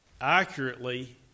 accurately